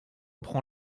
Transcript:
prend